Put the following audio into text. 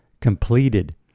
completed